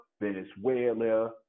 Venezuela